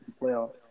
playoffs